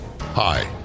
Hi